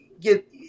get